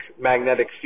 magnetic